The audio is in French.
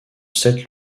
sept